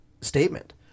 statement